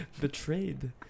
betrayed